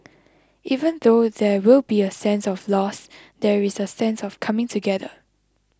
even though there will be a sense of loss there is a sense of coming together